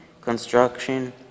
construction